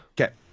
Okay